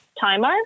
Timer